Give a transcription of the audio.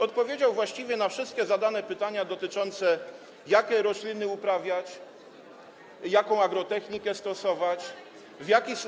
Odpowiedział właściwie na wszystkie zadane pytania dotyczące tego, jakie rośliny uprawiać, jaką agrotechnikę stosować, w jaki.